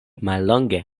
mallonge